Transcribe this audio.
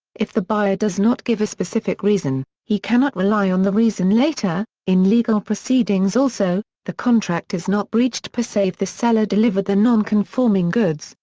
if the buyer does not give a specific reason, he cannot rely on the reason later, in legal proceedings. also, the contract is not breached per se if the seller delivered the non-conforming goods,